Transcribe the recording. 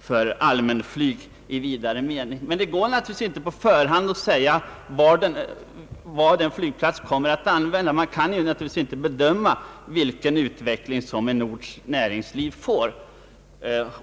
för allmänflyget i vidare mening. Det går naturligtvis inte att på förhand säga för vilket ändamål en flygplats kommer att användas. Det går inte att bedöma vilken utveckling som en orts näringsliv kommer att få.